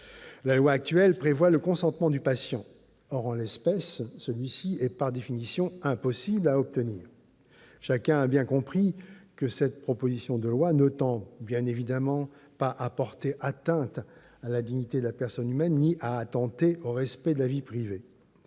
La loi actuelle impose le consentement du patient. Or, en l'espèce, ce consentement est par définition impossible à obtenir. Chacun l'a compris, cette proposition de loi ne tend évidemment pas à porter atteinte à la dignité de la personne ni à attenter au respect de la vie privée.